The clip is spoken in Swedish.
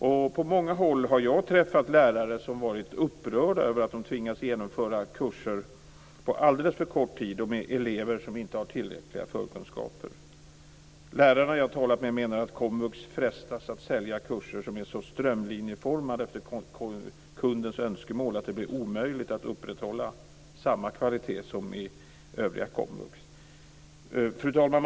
Jag har träffat lärare på många håll som varit upprörda över att de tvingats genomföra kurser på alldeles för kort tid och med elever som inte har tillräckliga förkunskaper. Lärarna jag talat med menar att komvux frestas att sälja kurser som är så strömlinjeformade efter kundens önskemål att det blir omöjligt att upprätthålla samma kvalitet som i övriga komvux. Fru talman!